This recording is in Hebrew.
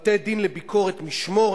כולל בני-זוג של אזרחים ותושבים,